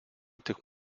tik